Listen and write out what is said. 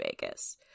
vegas